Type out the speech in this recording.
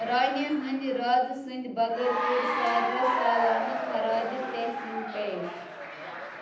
رانہِ ہٕنٛدِ رازٕ سٕنٛدِ بغٲر کوٚر سارِوٕے سالانہٕ خراج تحسیٖن پیش